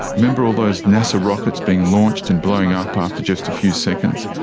remember all those nasa rockets being launched and blowing up after just a few seconds,